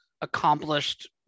accomplished